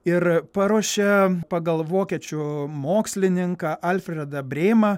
ir paruošė pagal vokiečių mokslininką alfredą brėmą